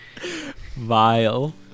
Vile